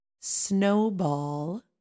snowball